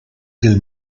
del